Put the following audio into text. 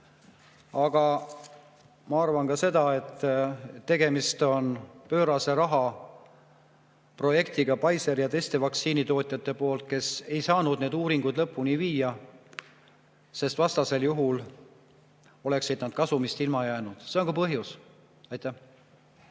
Aga ma arvan ka seda, et tegemist on pöörase raha projektiga Pfizeri ja teiste vaktsiinitootjate poolt, kes ei saanud neid uuringuid lõpule viia, sest siis nad oleksid kasumist ilma jäänud. See on ka põhjus. Kert